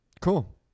Cool